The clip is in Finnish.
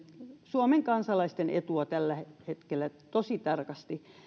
suomen kansalaisten etua tällä hetkellä tosi tarkasti